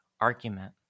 argument